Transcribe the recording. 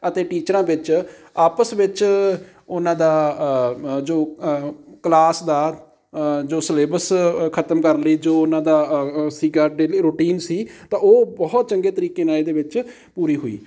ਅਤੇ ਟੀਚਰਾਂ ਵਿੱਚ ਆਪਸ ਵਿੱਚ ਉਹਨਾਂ ਦਾ ਜੋ ਕਲਾਸ ਦਾ ਜੋ ਸਿਲੇਬਸ ਖਤਮ ਕਰਨ ਲਈ ਜੋ ਉਹਨਾਂ ਦਾ ਸੀਗਾ ਡੇਲੀ ਰੂਟੀਨ ਸੀ ਤਾਂ ਉਹ ਬਹੁਤ ਚੰਗੇ ਤਰੀਕੇ ਨਾਲ ਇਹਦੇ ਵਿੱਚ ਪੂਰੀ ਹੋਈ